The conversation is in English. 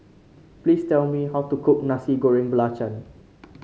please tell me how to cook Nasi Goreng Belacan